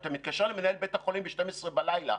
כשאתה מתקשר למנהל בית חולים ב-12 בלילה,